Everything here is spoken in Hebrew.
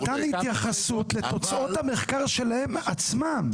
במתן ההתייחסות לתוצאות המחקר שלהם עצמם.